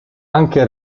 anche